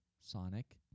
Sonic